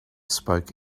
spoke